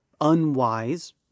unwise